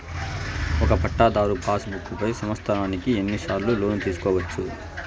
ఒక పట్టాధారు passbook పై సంవత్సరానికి ఎన్ని సార్లు లోను తీసుకోవచ్చు?